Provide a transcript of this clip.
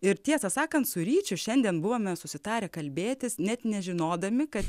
ir tiesą sakant su ryčiu šiandien buvome susitarę kalbėtis net nežinodami kad